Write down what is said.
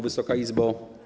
Wysoka Izbo!